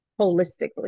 holistically